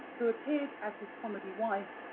who appeared as his comedy wife,